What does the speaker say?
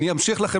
נקודה שנייה,